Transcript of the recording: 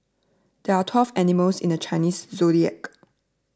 there are twelve animals in the Chinese zodiac